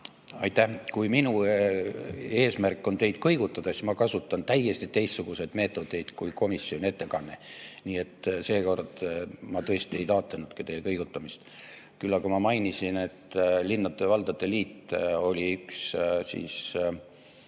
Aitäh! Kui minu eesmärk on teid kõigutada, siis ma kasutan täiesti teistsuguseid meetodeid kui komisjoni ettekanne. Nii et seekord ma tõesti ei taotlenudki teie kõigutamist. Küll aga ma mainisin, et Eesti Linnade ja Valdade Liit oli üks